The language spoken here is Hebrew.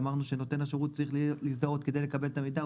אמרנו שנותן השירות צריך להזדהות כדי לקבל את המידע.